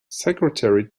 secretary